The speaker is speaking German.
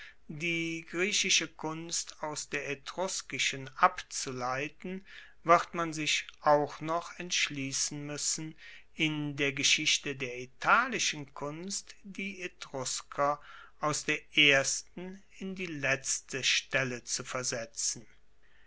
die griechische kunst aus der etruskischen abzuleiten wird man sich auch noch entschliessen muessen in der geschichte der italischen kunst die etrusker aus der ersten in die letzte stelle zu versetzen